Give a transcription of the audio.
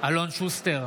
אלון שוסטר,